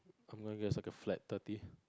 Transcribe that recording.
I'm gonna guess it's like a flat thirty